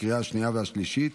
לקריאה השנייה והשלישית.